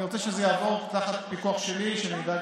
אני רוצה שזה יעבור תחת פיקוח שלי, כדי שאני אדע,